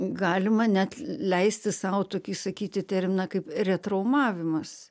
galima net leisti sau tokį sakyti terminą kaip retraumavimas